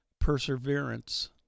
perseverance